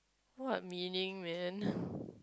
what meaning man